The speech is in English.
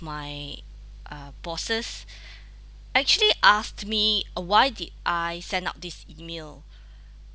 my uh bosses actually asked me or why did I send out this email